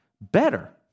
Better